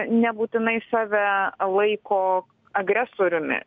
nebūtinai save laiko agresoriumi